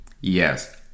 Yes